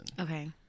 okay